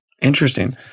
Interesting